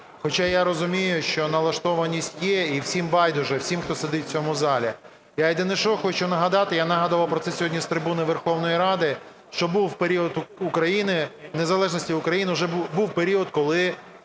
Хоча я розумію, що налаштованість є і всім байдуже, всім, хто сидить в цьому залі. Я єдине, що хочу нагадати, я нагадував про це сьогодні з трибуни Верховної Ради, що був період України, в незалежності України вже був період, коли